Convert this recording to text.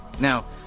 Now